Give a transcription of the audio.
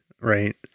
right